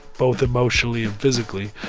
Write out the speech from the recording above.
both emotionally and physically.